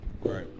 Right